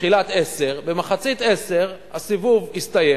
תחילת 2010. במחצית 2010 הסיבוב הסתיים